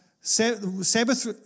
Sabbath